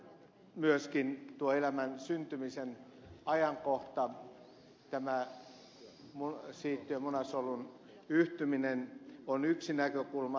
ja myöskin se että tuo elämän syntymisen ajankohta olisi tämä siittiön ja munasolun yhtyminen on yksi näkökulma